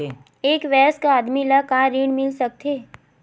एक वयस्क आदमी ल का ऋण मिल सकथे?